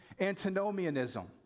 antinomianism